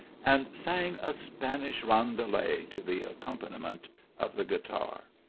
and sang a spanish roundelay to the accompaniment of the guitar.